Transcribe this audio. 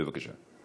בבקשה.